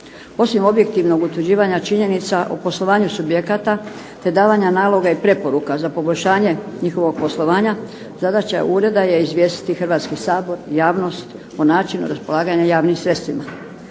Osim objektivnog utvrđivanja činjenica u poslovanju subjekata te davanja naloga i preporuka za poboljšanje njihovog poslovanja zadaća ureda je izvijestiti Hrvatski sabor, javnost o načinu raspolaganja javnim sredstvima.